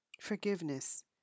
Forgiveness